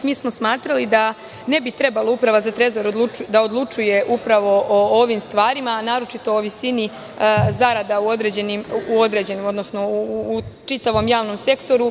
Smatrali smo da ne bi trebalo da Uprava za Trezor odlučuje o ovim stvarima, a naročito o visini zarada u određenim, odnosno u čitavom javnom sektoru.